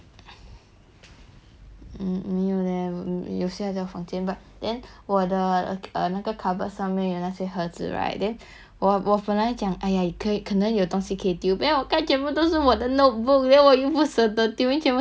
mm 没有 leh 你有些还在房间 but then 我的那个 cupboard 上面有那些盒子 her right then 我分来讲 !aiya! 可以可能有东西可以丢 but then 我开就是我的 notebook then 我又不胜的丢应为全部新的我没有开过 sia